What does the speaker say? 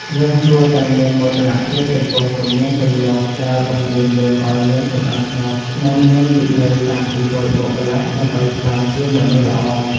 យើងគួរតែមានមោទនភាពចំពោះទំនៀមទម្លាប់ដែលបង្រៀនយើងឱ្យមានសណ្តាប់ធ្នាប់ និង មានវិន័យតាំងពីតូចមកម្ល៉េះដើម្បីក្លាយជាមនុស្សល្អ។